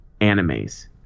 animes